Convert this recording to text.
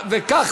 וכך